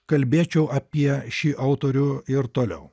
kalbėčiau apie šį autorių ir toliau